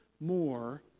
more